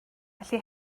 felly